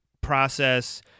process